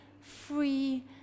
free